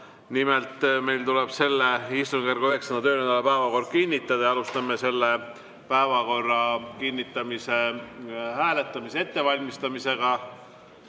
Nimelt, meil tuleb selle istungjärgu 9. töönädala päevakord kinnitada. Alustame päevakorra kinnitamise hääletamise ettevalmistamist.